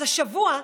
אז השבוע,